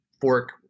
fork